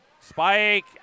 Spike